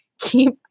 keep